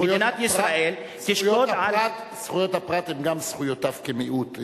"מדינת ישראל תשקוד על" זכויות הפרט הן גם זכויותיו כמיעוט.